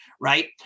right